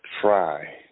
try